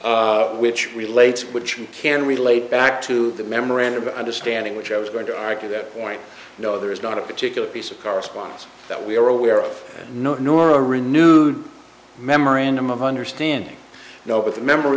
which relates which can relate back to the memorandum of understanding which i was going to argue that point no there is not a particular piece of correspondence that we are aware of no nor a renewed memorandum of understanding no but the mem